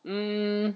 mm